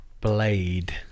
Blade